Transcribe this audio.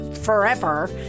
forever